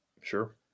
Sure